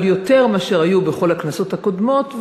אבל יותר מאשר היו בכל הכנסות הקודמות.